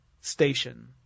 station